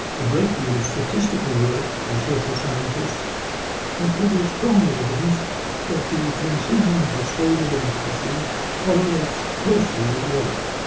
a great deal of statistical work by social scientists has produced strong evidence that the transition to stable, democracy correlates closely with wealth.